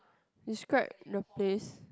describe the place